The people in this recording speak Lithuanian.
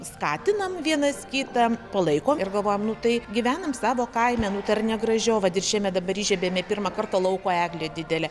skatinam vienas kitą palaikom ir galvojam nu tai gyvenam savo kaime nu tai ar negražiau vat ir šiemet dabar įžiebėme pirmą kartą lauko eglė didelė